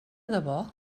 debò